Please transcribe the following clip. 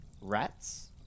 rats